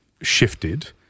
shifted